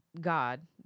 God